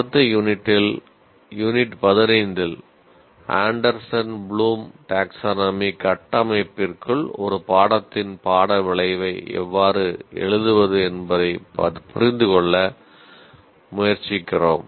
அடுத்த யூனிட்டில் unit 15 Anderson Bloom taxonomy எவ்வாறு எழுதுவது என்பதைப் புரிந்துகொள்ள முயற்சிக்கிறோம்